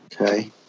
Okay